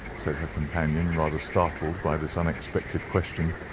said her companion, rather startled by this unexpected question.